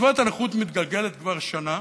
קצבת הנכות מתגלגלת כבר שנה,